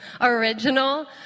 original